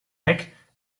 heck